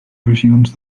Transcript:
regions